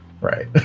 Right